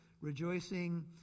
rejoicing